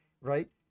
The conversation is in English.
right